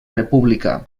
república